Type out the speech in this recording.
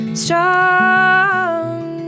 strong